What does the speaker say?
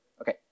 Okay